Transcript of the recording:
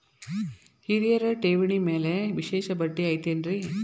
ಹಿರಿಯರ ಠೇವಣಿ ಮ್ಯಾಲೆ ವಿಶೇಷ ಬಡ್ಡಿ ಐತೇನ್ರಿ?